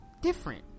different